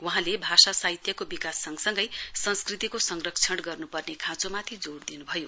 वहाँले भाषा साहित्यको विकास सँगसँगै संस्कृतिको संरक्षण गर्नुपर्ने साँचोमाथि जोड़ दिनुभयो